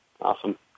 Awesome